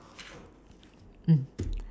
mm